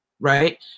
right